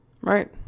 Right